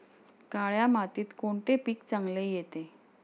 काळ्या मातीत कोणते पीक चांगले येते?